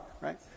right